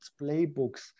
playbooks